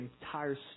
entire